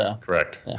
Correct